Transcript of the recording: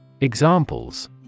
Examples